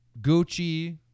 Gucci